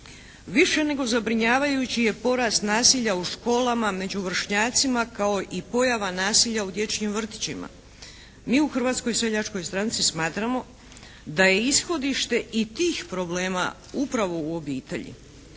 Više nego zabrinjavajući je porast nasilja u školama, među vršnjacima kao i pojava nasilja u dječjim vrtićima. Mi u Hrvatskoj seljačkoj stranci smatramo da je ishodište i tih problema upravo u obitelji.